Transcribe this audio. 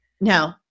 No